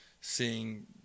seeing